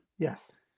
Yes